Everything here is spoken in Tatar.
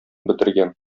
бетергән